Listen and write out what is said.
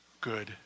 good